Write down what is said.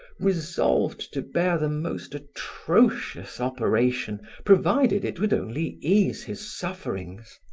resolved to bear the most atrocious operation provided it would only ease his sufferings.